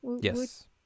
yes